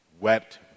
Wept